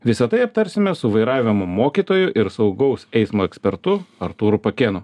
visa tai aptarsime su vairavimo mokytoju ir saugaus eismo ekspertu artūru pakėnu